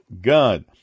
God